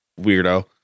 weirdo